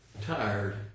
tired